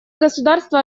государства